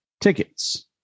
tickets